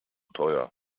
teuer